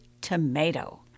tomato